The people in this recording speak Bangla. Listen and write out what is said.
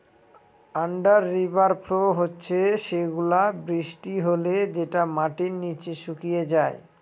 আন্ডার রিভার ফ্লো হচ্ছে সেগুলা বৃষ্টি হলে যেটা মাটির নিচে শুকিয়ে যায়